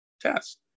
test